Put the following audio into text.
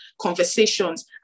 conversations